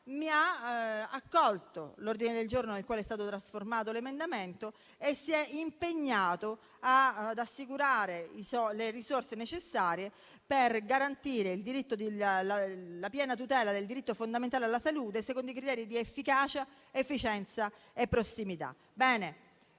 ha accolto l'ordine del giorno in cui è stato trasformato l'emendamento e si è impegnato ad assicurare le risorse necessarie per garantire la piena tutela del diritto fondamentale alla salute, secondo i criteri di efficacia, efficienza e prossimità.